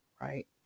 right